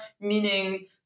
meaning